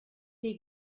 les